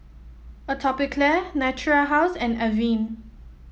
Atopiclair Natura House and Avene